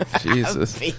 Jesus